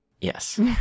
Yes